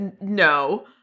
no